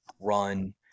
run